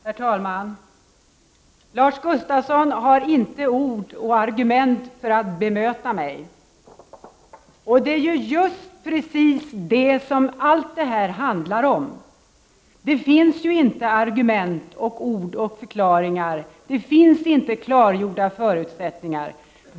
Herr talman! Lars Gustafsson har inte ord och argument för att bemöta mig. Det är just precis det som allt det här handlar om: det finns inte ord, argument och förklaringar.